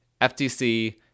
FTC